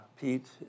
Pete